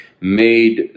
made